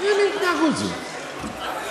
איזה מין התנהגות זאת?